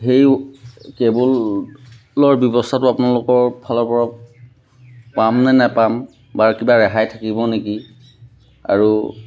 সেইবোৰ কেবুলৰ ব্যৱস্থাটো আপোনালোকৰ ফালৰ পৰা পামনে নাপাম বা কিবা ৰেহাই থাকিব নেকি আৰু